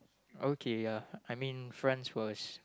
okay ya I mean France was